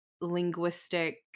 linguistic